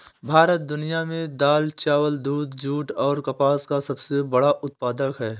भारत दुनिया में दाल, चावल, दूध, जूट और कपास का सबसे बड़ा उत्पादक है